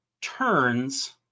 turns